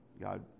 God